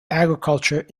agriculture